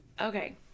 Okay